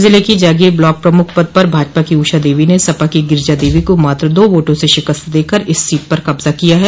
जिले की जागीर ब्लॉक प्रमुख पद पर भाजपा की ऊषा देवी ने सपा की गिरिजा देवी को मात्र दो वोटों से शिकस्त देकर इस सीट पर कब्जा किया है